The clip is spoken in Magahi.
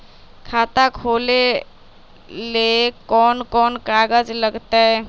खाता खोले ले कौन कौन कागज लगतै?